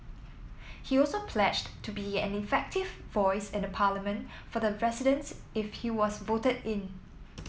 he also pledged to be an effective voice in the Parliament for the residents if he was voted in